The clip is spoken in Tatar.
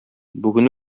бүген